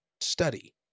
study